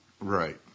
Right